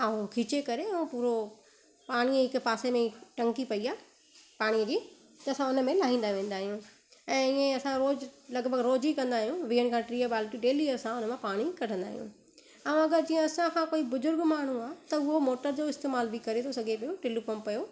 ऐं खीचे करे पूरो पाणी हिक पासे में ई टंकी पई आहे पाणीअ जी त असां हुन में लाहिंदा वेंदा आहियूं ऐं ईअं असां रोज लॻभॻि रोज ई कंदा आहियूं वीहनि खां टीह बाल्टी डेली असां हुन मां पाणी कढंदा आहियूं ऐं अगरि जीअं असां खां कोई बुजूर्ग माण्हू आहे त उहो मोटर जो इस्तेमाल बि करे थो सघो पयो टिलूं पंप जो